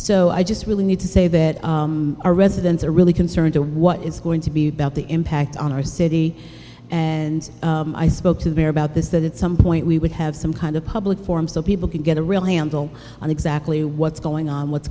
so i just really need to say that our residents are really concerned to what is going to be about the impact on our city and i spoke to bear about this that it's some point we would have some kind of public forum so people can get a real handle on exactly what's going on what's